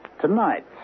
Tonight